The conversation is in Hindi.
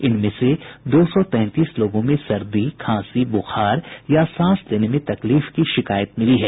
इनमें से दो सौ तैंतीस लोगों में सर्दी खांसी ब्रखार या सांस लेने में तकलीफ की शिकायत मिली है